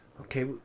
Okay